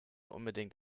unbedingt